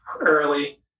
early